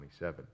27